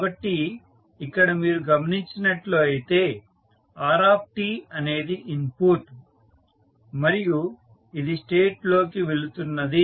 కాబట్టి ఇక్కడ మీరు గమనించినట్లు అయితే r అనేది ఇన్పుట్ మరియు ఇది స్టేట్ లోకి వెళుతున్నది